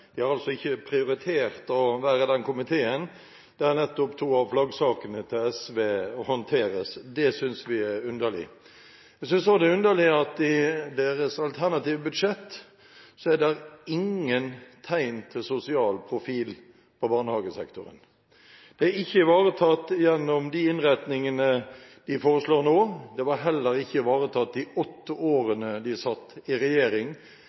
De har altså ikke prioritert å være i den komiteen der nettopp to av flaggsakene til SV håndteres. Det synes vi er underlig. Vi synes også det er underlig at det i deres alternative budsjett ikke er noen tegn til sosial profil på barnehagesektoren. Det er ikke ivaretatt gjennom de innretningene de foreslår nå, og det ble heller ikke ivaretatt i de åtte årene de satt i regjering.